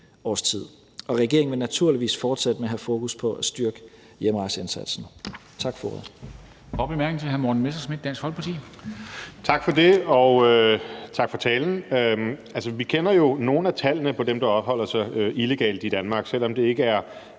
Regeringen vil naturligvis fortsætte med at have fokus på at styrke hjemrejseindsatsen.